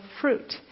fruit